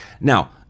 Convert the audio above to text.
Now